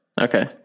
Okay